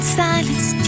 silence